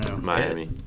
Miami